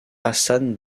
hassan